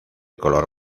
color